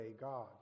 God